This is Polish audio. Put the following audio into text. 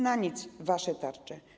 Na nic wasze tarcze.